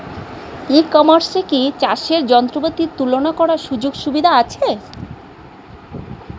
ই কমার্সে কি চাষের যন্ত্রপাতি তুলনা করার সুযোগ সুবিধা আছে?